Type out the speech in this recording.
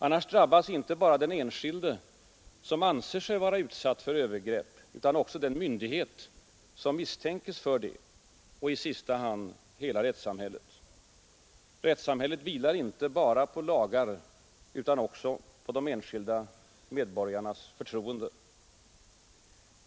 Annars drabbas inte bara den enskilde som anser sig vara utsatt för övergrepp utan också den myndighet som misstänkes för det och i sista hand hela rättssamhället. Rättssamhället vilar inte bara på lagar utan också på de enskilda medborgarnas förtroende.